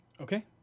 Okay